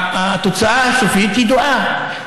התוצאה הסופית ידועה.